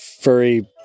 furry